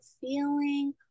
feeling